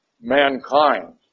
mankind